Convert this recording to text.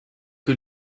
que